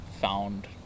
found